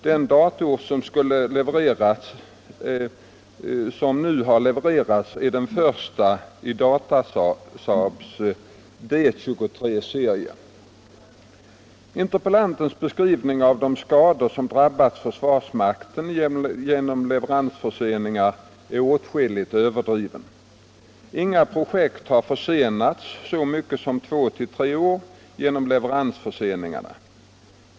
Den dator som nu har levererats är den första i Datasaabs D 23-serie. Interpellantens beskrivning av de skador som drabbat försvarsmakten genom leveransförseningarna är åtskilligt överdriven. Inga projekt har försenats så mycket som två tre år genom leveransförseningarna.